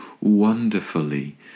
wonderfully